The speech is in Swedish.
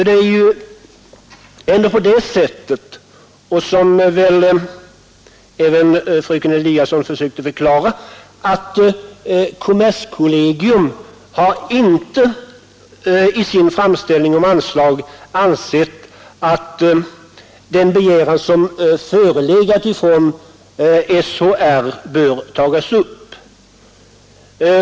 Det är ju ändå på det sättet — som väl även fröken Eliasson försökte förklara — att kommerskollegium i sin framställning om anslag inte har ansett att den begäran som har förelegat från SHR bör tas upp.